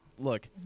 Look